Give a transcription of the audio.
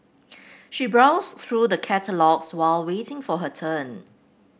she browsed through the catalogues while waiting for her turn